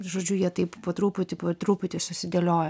žodžiu jie taip po truputį po truputį susidėlioja